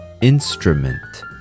instrument